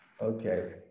Okay